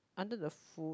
under the food